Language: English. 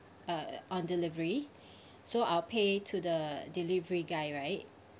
uh on delivery so I'll pay to the delivery guy right